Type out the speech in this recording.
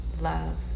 love